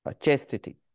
chastity